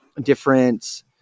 different